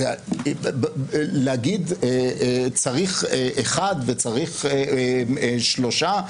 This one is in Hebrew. להגיד: צריך אחד וצריך שלושה,